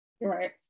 right